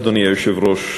אדוני היושב-ראש,